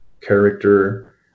character